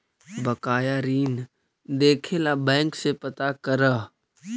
बकाया ऋण देखे ला बैंक से पता करअ